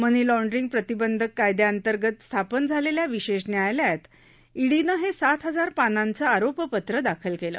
money laundering प्रतिबंधक कायदयाअंतर्गत स्थापन झालेल्या विशेष न्यायालयात इडीनं हे सात हजार पानांचं आरोपपत्र दाखल केलं